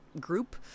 group